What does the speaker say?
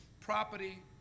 property